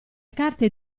carte